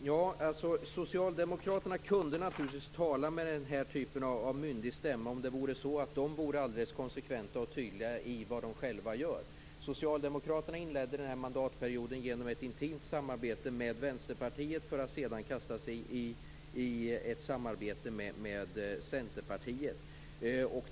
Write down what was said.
Fru talman! Socialdemokraterna kunde naturligtvis tala med en myndig stämma om de i sitt handlande vore alldeles konsekventa och tydliga. De inledde den här mandatperioden med ett intimt samarbete med Vänsterpartiet för att sedan kasta sig in i ett samarbete med Centerpartiet.